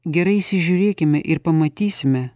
gerai įsižiūrėkime ir pamatysime